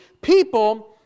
people